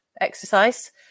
exercise